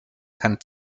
kann